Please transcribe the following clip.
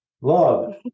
Love